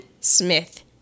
Smith